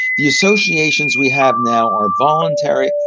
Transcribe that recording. the associations we have now are voluntary,